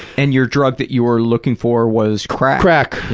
and your drug that you were looking for was crack? crack,